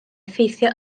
effeithio